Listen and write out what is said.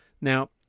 Now